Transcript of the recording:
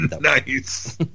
Nice